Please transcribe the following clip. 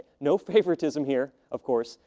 no favoritism here, of course,